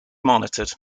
monitored